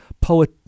poet